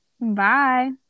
Bye